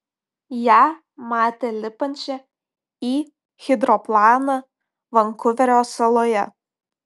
ją matė lipančią į hidroplaną vankuverio saloje